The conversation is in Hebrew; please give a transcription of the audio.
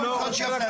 אני לא מוכן --- עופר,